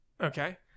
Okay